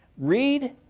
reed,